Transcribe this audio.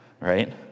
right